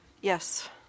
Yes